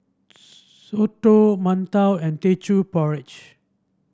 soto mantou and Teochew Porridge